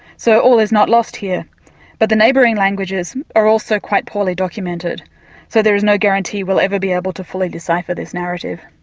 so all is not lost here but the neighbouring languages are also quite poorly documented so there is no guarantee we'll ever be able to fully decipher this narrative.